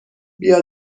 بیا